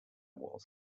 was